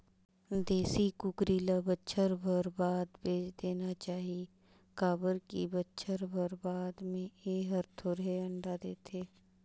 देसी कुकरी ल बच्छर भर बाद बेच देना चाही काबर की बच्छर भर बाद में ए हर थोरहें अंडा देथे